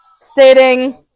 stating